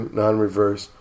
non-reverse